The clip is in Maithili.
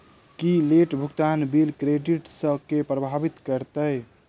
की लेट भुगतान बिल क्रेडिट केँ प्रभावित करतै?